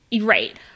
Right